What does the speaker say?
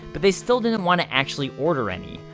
but they still didn't and want to actually order any.